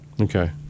Okay